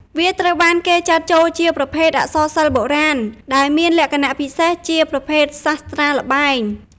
វាត្រូវបានគេចាត់ចូលជាប្រភេទ អក្សរសិល្ប៍បុរាណ ដែលមានលក្ខណៈពិសេសជា ប្រភេទសាស្រ្តាល្បែង។